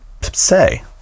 say